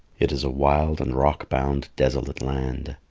it is a wild and rock-bound desolate land.